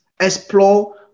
explore